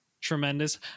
tremendous